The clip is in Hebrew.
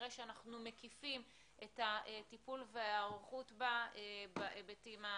שנראה שאנחנו מקיפים את הטיפול וההיערכות בה בהיבטים השונים.